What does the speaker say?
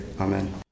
Amen